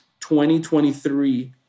2023